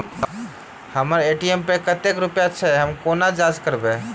हम्मर ए.टी.एम पर कतेक रुपया अछि, ओ कोना जाँच करबै?